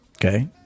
okay